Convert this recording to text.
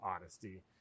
honesty